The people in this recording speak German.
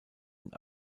und